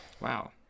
Wow